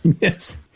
Yes